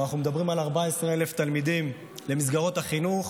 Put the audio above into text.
אבל אנחנו מדברים על 14,000 תלמידים במסגרות החינוך